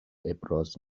ابراز